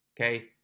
Okay